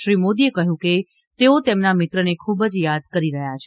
શ્રી મોદીએ કહ્યું કે તેઓ તેમના મિત્રને ખૂબ જ યાદ કરી રહ્યા છે